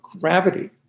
gravity